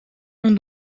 ont